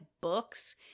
books